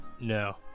No